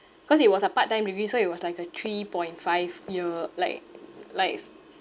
cause it was a part time degree so it was like a three point five year like likes